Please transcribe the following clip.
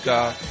God